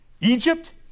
Egypt